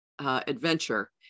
adventure